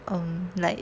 um like